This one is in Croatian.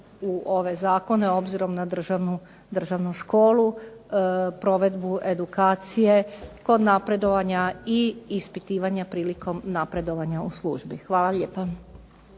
u ove zakone, obzirom na državnu školu, provedbu edukacije kod napredovanja i ispitivanja prilikom napredovanja u službi. Hvala lijepa.